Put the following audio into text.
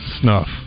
snuff